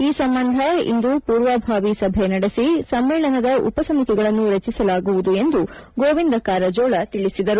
ಈ ಸಂಬಂಧ ಇಂದು ಪೂರ್ವಭಾವಿ ಸಭೆ ನಡೆಸಿ ಸಮ್ಮೇಳನದ ಉಪಸಮಿತಿಗಳನ್ನು ರಚಿಸಲಾಗುವುದು ಎಂದು ಗೋವಿಂದ ಕಾರಜೋಳ ತಿಳಿಸಿದರು